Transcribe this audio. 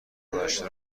گذشته